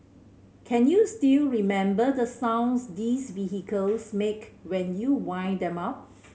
can you still remember the sounds these vehicles make when you wind them up